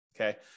Okay